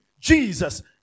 Jesus